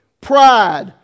Pride